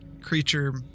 creature